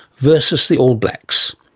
versus the all blacks.